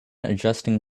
adjusting